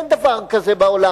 אין דבר כזה בעולם.